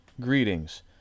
greetings